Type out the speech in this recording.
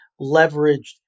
leveraged